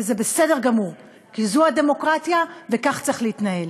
וזה בסדר גמור, כי זו הדמוקרטיה וכך צריך להתנהל.